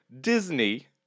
Disney